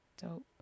dope